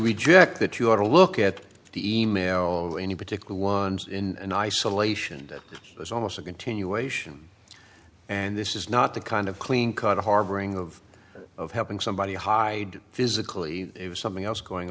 reject that you ought to look at the e mail any particular ones in an isolation that is almost a continuation and this is not the kind of cleancut harboring of of helping somebody hide physically it was something else going